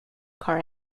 car